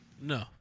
no